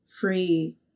free